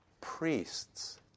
priests